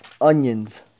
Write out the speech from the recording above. onions